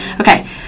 Okay